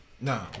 no